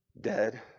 dead